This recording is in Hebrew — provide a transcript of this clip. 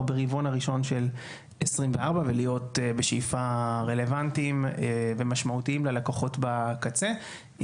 ברבעון הראשון של 24' ולהיות בשאיפה רלוונטיים ומשמעותיים ללקוחות בקצה.